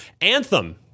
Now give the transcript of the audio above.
Anthem